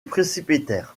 précipitèrent